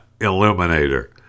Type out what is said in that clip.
Illuminator